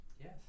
Yes